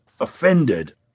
offended